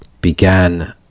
began